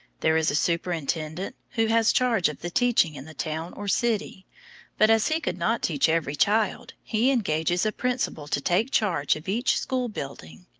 there is a superintendent, who has charge of the teaching in the town or city but as he could not teach every child, he engages a principal to take charge of each school building,